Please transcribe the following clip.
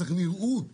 צריך נראוּת